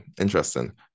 interesting